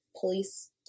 police